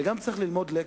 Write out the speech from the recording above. גם צריך ללמוד לקח,